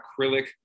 acrylic